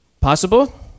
Possible